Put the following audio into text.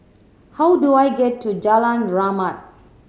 how do I get to Jalan Rahmat